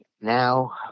now